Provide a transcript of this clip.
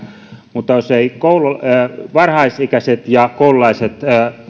mutta jos eivät varhaisikäiset ja koululaiset